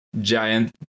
giant